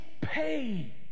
pay